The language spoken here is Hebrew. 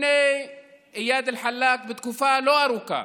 לפני איאד אלחלאק, תקופה לא ארוכה,